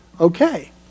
okay